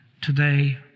today